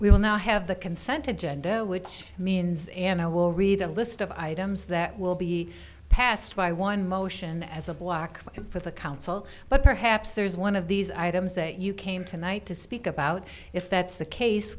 we will now have the consented to and which means and i will read a list of items that will be passed by one motion as a black eye for the council but perhaps there is one of these items that you came tonight to speak about if that's the case